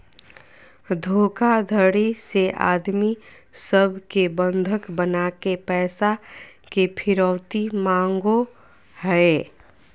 धोखाधडी से आदमी सब के बंधक बनाके पैसा के फिरौती मांगो हय